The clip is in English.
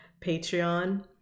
Patreon